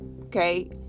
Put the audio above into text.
Okay